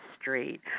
Street